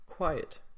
Quiet